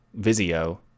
Vizio